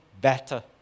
better